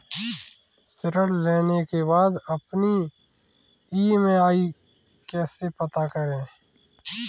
ऋण लेने के बाद अपनी ई.एम.आई कैसे पता करें?